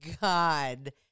God